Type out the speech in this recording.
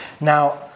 Now